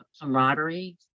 camaraderie